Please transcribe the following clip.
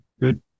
good